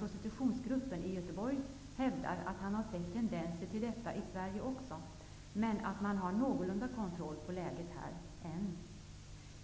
Prostitutionsgruppen i Göteborg hävdar att han i Sverige har sett tendenser till detta, men att man har någorlunda kontroll på läget.